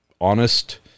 honest